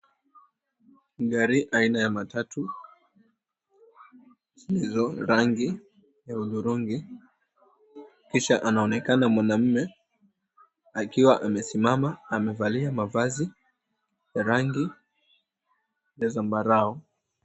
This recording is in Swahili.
Gari aina za matatu rangi ya hudhurungi kisha anonekana mwana ume akiwa amesimama amevalia mavazi ya rangi ya zambarao.